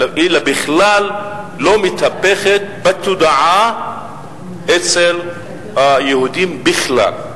אלא בכלל לא מתהפכת בתודעה אצל יהודים בכלל,